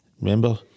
remember